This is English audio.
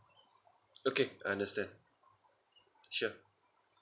okay I understand sure